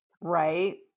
Right